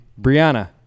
Brianna